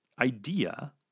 idea